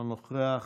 לא נוכח,